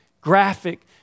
graphic